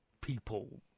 people